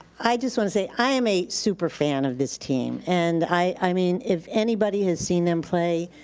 i just wanna say i am a super fan of this team. and i mean if anybody has seen them play,